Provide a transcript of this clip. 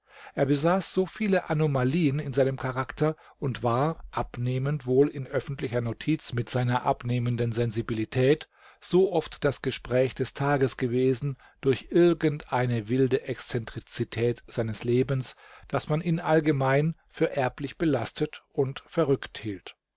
er besaß so viele anomalien in seinem charakter und war abnehmend wohl in öffentlicher notiz mit seiner abnehmenden sensibilität so oft das gespräch des tages gewesen durch irgend eine wilde exzentrizität seines lebens daß man ihn allgemein für erblich belastet und verrückt hielt